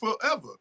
forever